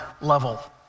level